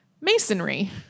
masonry